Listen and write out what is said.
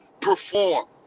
perform